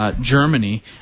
Germany